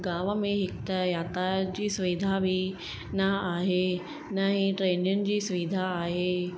गांव में हिकु त यातायात जी सुविधा बि न आहे न हे ट्रेनयुनि जी सुविधा आहे